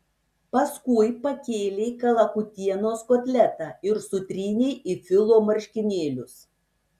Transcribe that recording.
paskui pakėlei kalakutienos kotletą ir sutrynei į filo marškinėlius